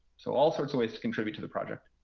so all sorts of ways to contribute to the project.